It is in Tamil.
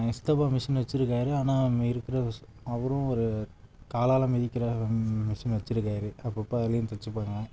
எங்கள் சித்தப்பா மிஷின் வைச்சுருக்காரு ஆனால் இருக்கிற வஸ் அவரும் ஒரு காலால் மிதிக்கிற மிஷின் வைச்சுருக்காரு அப்பப்போ அதிலையும் தைச்சு பார்க்கலாம்